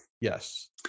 Yes